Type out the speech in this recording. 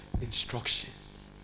instructions